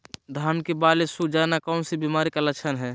धान की बाली सुख जाना कौन सी बीमारी का लक्षण है?